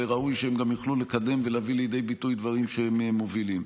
וראוי שהם גם יוכלו לקדם ולהביא לידי ביטוי דברים שהם מובילים.